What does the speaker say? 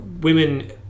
women